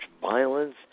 violence